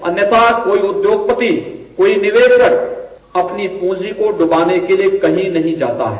अन्यथा कोई उद्योगपति कोई निवेशक अपनी पूंजी को डूबने के लिए कहीं नहीं जाता है